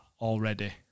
already